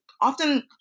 often